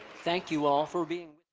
thank you all for being